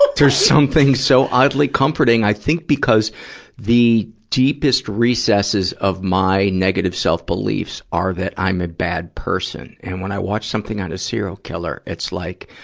ah there's something so oddly comforting, i think because the deepest recesses of my negative self-beliefs are that i'm a bad person. and when i watch something on a serial killer, it's like,